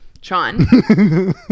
Sean